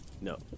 No